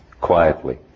quietly